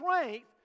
strength